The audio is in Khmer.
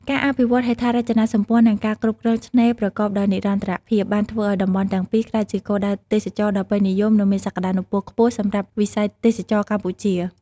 ការអភិវឌ្ឍន៍ហេដ្ឋារចនាសម្ព័ន្ធ និងការគ្រប់គ្រងឆ្នេរប្រកបដោយនិរន្តរភាព បានធ្វើឱ្យតំបន់ទាំងពីរក្លាយជាគោលដៅទេសចរណ៍ដ៏ពេញនិយម និងមានសក្តានុពល ខ្ពស់សម្រាប់វិស័យទេសចរណ៍កម្ពុជា។